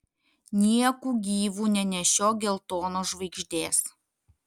nieku gyvu nenešiok geltonos žvaigždės